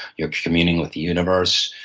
you're communing with the universe.